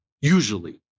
usually